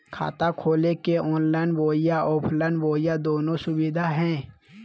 खाता खोले के ऑनलाइन बोया ऑफलाइन बोया दोनो सुविधा है?